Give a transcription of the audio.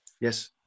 yes